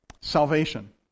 Salvation